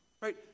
right